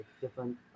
different